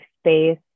space